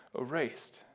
erased